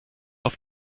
auf